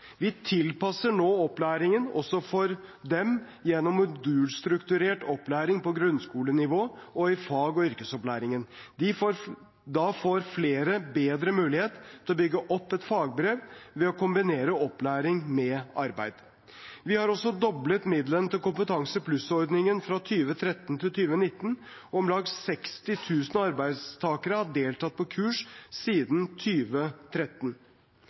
Vi tilpasser nå opplæringen også for dem gjennom modulstrukturert opplæring på grunnskolenivå og i fag- og yrkesopplæringen. Da får flere bedre mulighet til å bygge opp et fagbrev ved å kombinere opplæring med arbeid. Vi har også doblet midlene til Kompetansepluss-ordningen fra 2013 til 2019. Om lag 60 000 arbeidstakere har deltatt på kurs siden